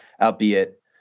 albeit